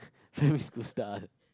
primary school star